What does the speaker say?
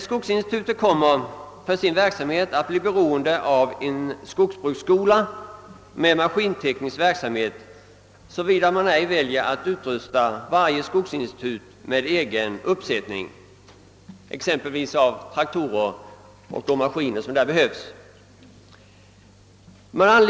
Skogsinstituten kommer för sin verksamhet att bli beroende av en skogsbruksskola med maskinteknisk verksamhet, såvida man ej väljer att förse varje skogsinstitut med en egen uppsättning av traktorer och de övriga maskiner som behövs.